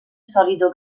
solido